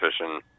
fishing